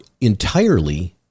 entirely